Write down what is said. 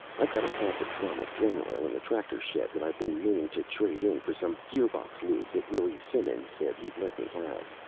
i've got a half drum of drain oil in the tractor shed that i've been meaning to trade in for some gearbox lube that willy simons said he'd let me have.